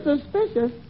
suspicious